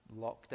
lockdown